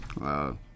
Wow